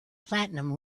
platinum